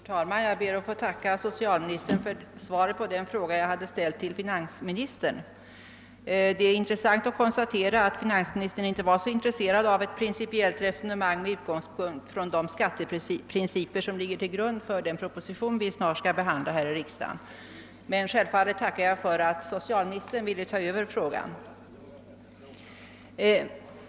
Herr talman! Jag ber att få tacka socialministern för svaret på den fråga jag hade ställt till finansministern. Det är intressant att konstatera att finansministern inte var så intresserad av ett principiellt resonemang med utgångspunkt i de skatteprinciper som ligger till grund för den proposition vi snart skall behandla här i riksdagen. Men självfallet tackar jag för att socialministern ville ta över frågan.